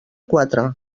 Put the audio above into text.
quatre